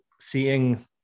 seeing